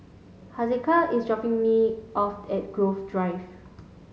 Hezekiah is dropping me off at Grove Drive